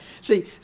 See